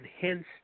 hence